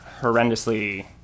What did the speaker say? horrendously